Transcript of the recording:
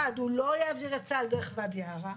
הוא לא יעביר את צה"ל דרך ואדי ערה,